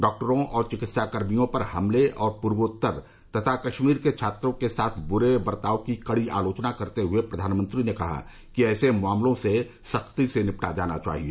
डॉक्टरों और चिकित्साकर्मियों पर हमले और पूर्वोत्तर तथा कश्मीर के छात्रों के साथ ब्रे बर्ताव की कड़ी आलोचना करते हुए प्रधानमंत्री ने कहा कि ऐसे मामलों से सख्ती से निपटा जाना चाहिए